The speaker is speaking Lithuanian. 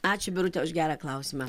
ačiū birute už gerą klausimą